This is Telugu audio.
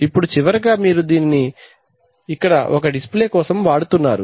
ఇప్పుడు చివరగా మీరు దీన్ని ఇక్కడ ఒక డిస్ప్లే కోసం వాడుతున్నారు